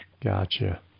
Gotcha